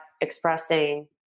expressing